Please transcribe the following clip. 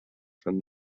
from